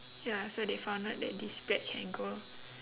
ya so they found out that this bread can grow